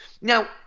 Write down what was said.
Now